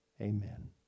amen